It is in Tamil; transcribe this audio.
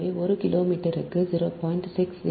எனவே ஒரு கிலோமீட்டருக்கு 0